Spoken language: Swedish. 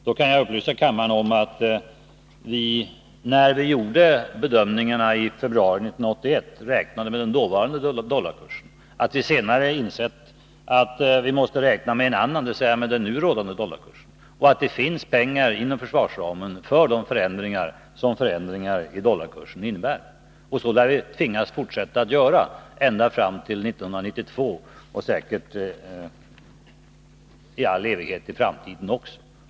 Då kan jag upplysa kammaren om att vi när vi gjorde bedömningarna i februari 1981 räknade med den dåvarande dollarkursen, att vi senare har insett att vi måste räkna med en annan, dvs. den nu rådande dollarkursen, och att det finns medel inom försvarsramen för de fördyringar som förändringar i dollarkursen innebär. Så lär vi tvingas fortsätta att göra ända fram till 1992, och säkert också därefter.